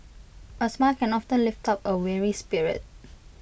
A smile can often lift up A weary spirit